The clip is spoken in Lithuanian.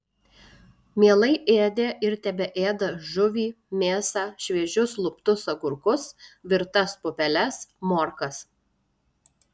mielai ėdė ir tebeėda žuvį mėsą šviežius luptus agurkus virtas pupeles morkas